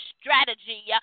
strategy